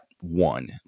one